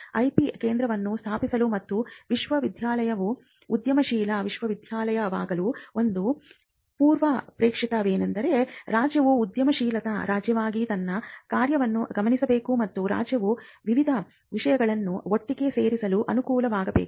IP ಕೇಂದ್ರವನ್ನು ಸ್ಥಾಪಿಸಲು ಮತ್ತು ವಿಶ್ವವಿದ್ಯಾನಿಲಯವು ಉದ್ಯಮಶೀಲ ವಿಶ್ವವಿದ್ಯಾನಿಲಯವಾಗಲು ಒಂದು ಪೂರ್ವಾಪೇಕ್ಷಿತವೆಂದರೆ ರಾಜ್ಯವು ಉದ್ಯಮಶೀಲತಾ ರಾಜ್ಯವಾಗಿ ತನ್ನ ಕಾರ್ಯವನ್ನು ಗಮನಿಸಬೇಕು ಮತ್ತು ರಾಜ್ಯವು ವಿವಿಧ ವಿಷಯಗಳನ್ನು ಒಟ್ಟಿಗೆ ಸೇರಿಸಲು ಅನುಕೂಲವಾಗಬೇಕು